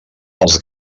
els